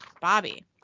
Bobby